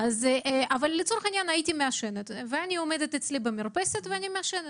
אבל אם לצורך העניין הייתי מעשנת ואני עומדת במרפסת ומעשנת.